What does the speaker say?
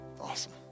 Awesome